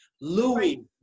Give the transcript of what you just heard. Louis